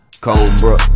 Cobra